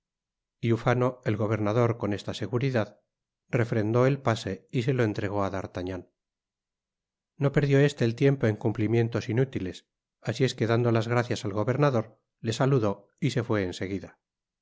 ufano el gobernador con esta seguridad refrendó el pase y se lo entregó á d'artagnan no perdió este el tiempo en cumplimientos inútiles asi es que dando las gracias al gobernador le saludó y se fué en seguida